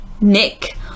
Nick